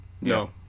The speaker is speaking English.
No